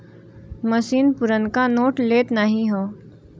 मसीन पुरनका नोट लेत नाहीं हौ